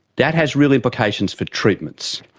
that has real implications for treatments.